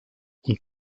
und